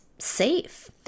safe